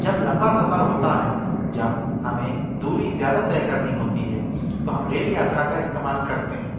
जब लम्बा सफ़र होता है जब हमें दूरी ज़्यादा तय करनी होती है तो हम रेल यात्रा का इस्तेमाल करते हैं